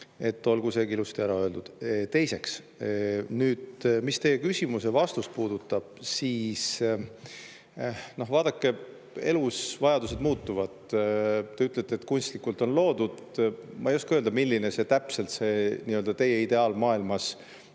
Olgu see ilusti ära öeldud. Teiseks, mis teie küsimust puudutab, siis vaadake, elus vajadused muutuvad. Te ütlete, et kunstlikult on loodud. Ma ei oska öelda, milline on täpselt teie ideaalmaailmas